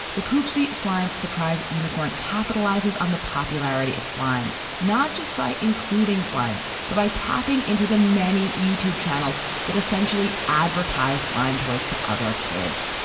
the poopsie slime surprise unicorn capitalizes on the popularity of slime not just by including slime, but by tapping into the many youtube channels that essentially advertise slime toys to other kids.